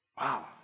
Wow